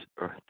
earth